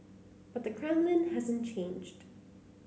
but the Kremlin hasn't changed